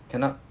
cannot